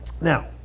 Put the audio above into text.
Now